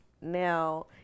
Now